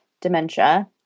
dementia